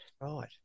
Right